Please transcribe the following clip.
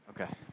Okay